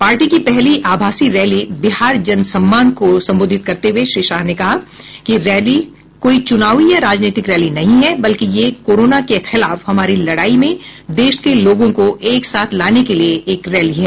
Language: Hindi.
पार्टी की पहली आभासी रैली बिहार जन सम्मान को संबोधित करते हुए श्री शाह ने कहा कि रैली कोई चुनावी या राजनीतिक रैली नहीं है बल्कि यह कोरोना के खिलाफ हमारी लड़ाई में देश के लोगों को एक साथ लाने के लिए एक रैली है